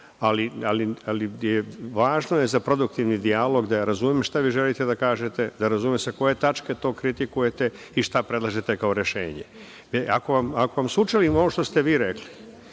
ali je važno za produktivni dijalog da razumem šta vi želite da kažete, da razumem sa koje tačke to kritikujete i šta predlažete kao rešenje. Ako vam sučelim ovo što ste vi rekli